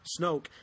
Snoke